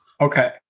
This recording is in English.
okay